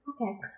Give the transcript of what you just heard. Okay